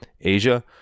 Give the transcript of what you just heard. Asia